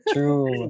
True